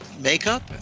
makeup